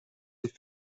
les